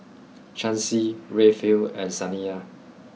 Chancy Rayfield and Saniya